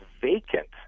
vacant